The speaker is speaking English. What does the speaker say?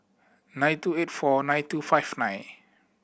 nine two eight four nine two five nine